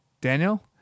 Daniel